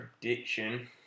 prediction